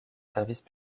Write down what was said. services